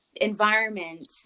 environment